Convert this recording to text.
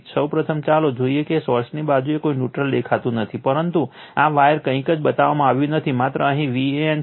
સૌપ્રથમ ચાલો જોઈએ કે સોર્સની બાજુએ કોઈ ન્યુટ્રલ દેખાતું નથી પરંતુ આ વાયર કંઈ જ બતાવવામાં આવ્યું નથી માત્ર અહીં Van છે